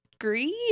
greed